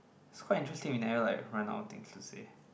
so quite interesting we never like run out of things to say